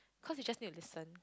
cause you just need to listen